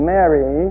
Mary